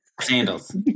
sandals